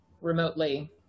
remotely